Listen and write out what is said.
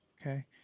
Okay